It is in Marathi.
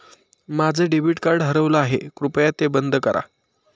माझं डेबिट कार्ड हरवलं आहे, कृपया ते बंद करा